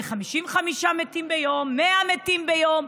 ל-55 מתים ביום, 100 מתים ביום,